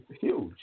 huge